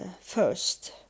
first